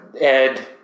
Ed